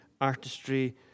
artistry